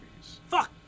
fuck